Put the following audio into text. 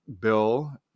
bill